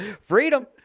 freedom